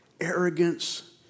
arrogance